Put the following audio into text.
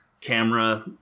camera